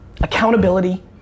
Accountability